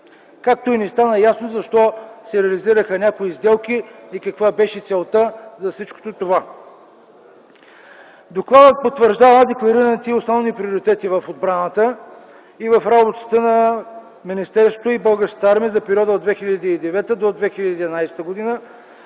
Както и не стана ясно защо се реализираха някои сделки и каква беше целта за всичко това. Докладът потвърждава декларираните основни приоритети в отбраната и в работата на министерството и Българската армия за периода от 2009 до 2011 г.